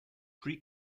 pre